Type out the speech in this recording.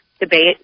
debate